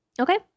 okay